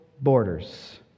borders